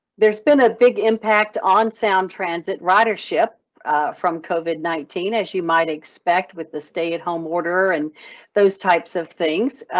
there's been a big impact on sound transit ridership from covid nineteen as you might expect with the stay at home order and those types of things.